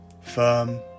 firm